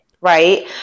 Right